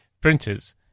printers